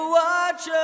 watch